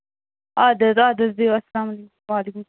اَدٕ حظ اَدٕ حظ بِہِو اَلسلام وعلیکُم